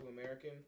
American